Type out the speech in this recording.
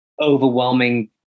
overwhelming